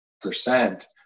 percent